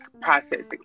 processing